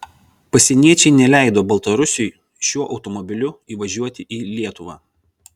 pasieniečiai neleido baltarusiui šiuo automobiliu įvažiuoti į lietuvą